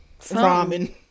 ramen